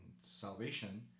salvation